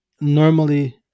Normally